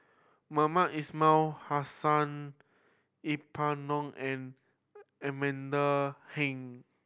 Mohamed Ismail Hussain Yeng Pway Ngon and Amanda Heng